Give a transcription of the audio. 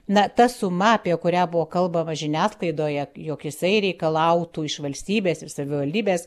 na ta suma apie kurią buvo kalbama žiniasklaidoje jog jisai reikalautų iš valstybės ir savivaldybės